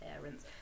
parents